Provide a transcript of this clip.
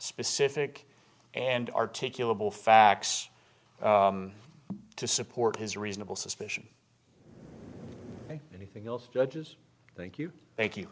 specific and articulable facts to support his reasonable suspicion anything else judges thank you thank you